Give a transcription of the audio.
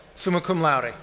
summa cum laude.